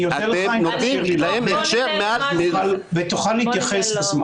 אני אודה לך אם תאפשר לי לענות ותוכל להתייחס לאחר